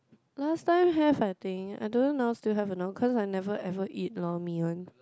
last time have I think I don't know now still have a not cause I never ever eat lor mee one